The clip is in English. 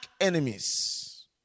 enemies